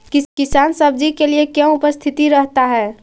किसान सब्जी के लिए क्यों उपस्थित रहता है?